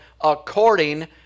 according